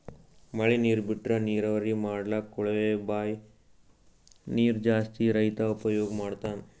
ಮಳಿ ನೀರ್ ಬಿಟ್ರಾ ನೀರಾವರಿ ಮಾಡ್ಲಕ್ಕ್ ಕೊಳವೆ ಬಾಂಯ್ ನೀರ್ ಜಾಸ್ತಿ ರೈತಾ ಉಪಯೋಗ್ ಮಾಡ್ತಾನಾ